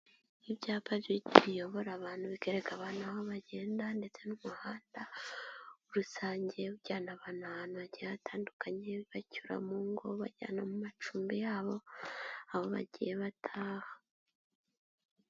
Ibyapa biyobora abantu bigaragara abantu aho bagenda ndetse n'handa rusange byana abantu ahantu hagiye hatandukanye bayura mu ngo bajyana mu macumbi yabo bagiye bataha